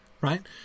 right